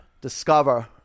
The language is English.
discover